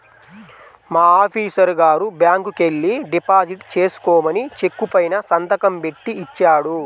మా ఆఫీసరు గారు బ్యాంకుకెల్లి డిపాజిట్ చేసుకోమని చెక్కు పైన సంతకం బెట్టి ఇచ్చాడు